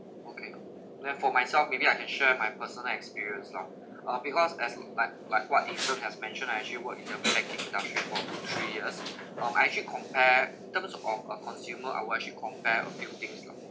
okay and then for myself maybe I can share my personal experience loh uh because as like like what eason has mentioned I actually work in the banking industry for two three years um I actually compare in terms of our consumer I will actually compare a few things lah